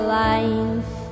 life